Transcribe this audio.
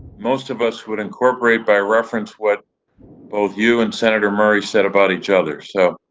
most of us would incorporate by reference what both you and senator murray said about each other. so,